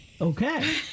Okay